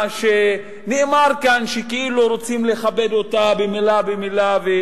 שנאמר כאן שכאילו רוצים לכבד אותה מלה במלה,